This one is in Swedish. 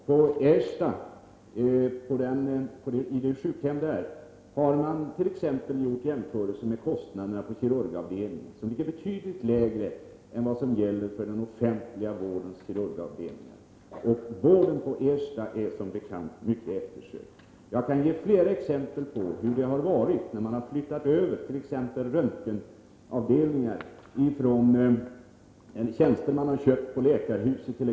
På Ersta sjukhem har man t.ex. gjort jämförelser när det gäller kostnaderna på deras kirurgavdelning. Kostnaderna där ligger betydligt lägre än på med den offentliga vårdens kirurgavdelningar. Vården på Ersta är som bekant mycket eftersökt. Jag kan ge flera exempel på hur det har varit när man har flyttat över t.ex. röntgenavdelningar. Det gäller exempelvis läkarhuset i Karlstad.